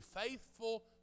faithful